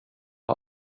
har